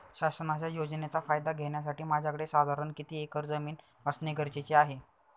शासनाच्या योजनेचा फायदा घेण्यासाठी माझ्याकडे साधारण किती एकर जमीन असणे गरजेचे आहे?